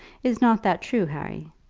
is not that true, harry?